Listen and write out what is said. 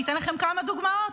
אני אתן לכם כמה דוגמאות: